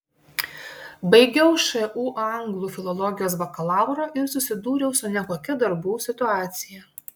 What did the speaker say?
baigiau šu anglų filologijos bakalaurą ir susidūriau su nekokia darbų situacija